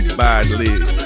badly